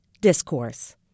discourse